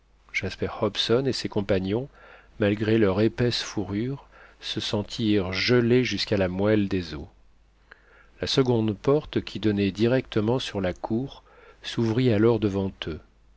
jasper hobson et ses compagnons malgré leurs épaisses fourrures se sentirent gelés jusqu'à la moelle des os la seconde porte qui donnait directement sur la cour s'ouvrit alors devant eux